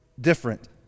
different